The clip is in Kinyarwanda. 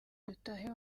dutahe